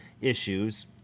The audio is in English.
issues